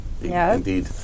Indeed